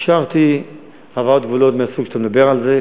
אישרתי העברת גבולות מהסוג שאתה מדבר עליו.